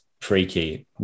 freaky